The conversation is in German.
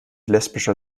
lesbischer